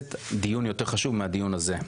הכנסת דיון יותר חשוב מהדיון הזה,